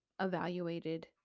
evaluated